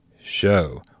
show